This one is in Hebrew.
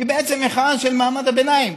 היא בעצם מחאה של מעמד הביניים.